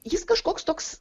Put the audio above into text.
jis kažkoks toks